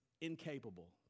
incapable